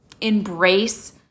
embrace